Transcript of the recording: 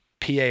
PA